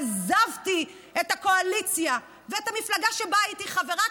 עזבתי את הקואליציה ואת המפלגה שבה הייתי חברה